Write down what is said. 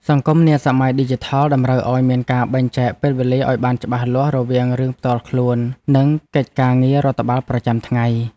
សង្គមនាសម័យឌីជីថលតម្រូវឱ្យមានការបែងចែកពេលវេលាឱ្យបានច្បាស់លាស់រវាងរឿងផ្ទាល់ខ្លួននិងកិច្ចការងាររដ្ឋបាលប្រចាំថ្ងៃ។